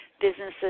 businesses